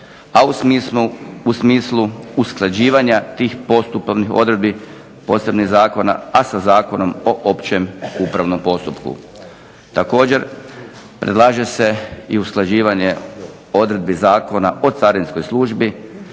a u smislu usklađivanja tih postupovnih odredbi posebnih zakona, a sa Zakonom o općem upravnom postupku. Također, predlaže se i usklađivanje odredbi Zakona o carinskoj službi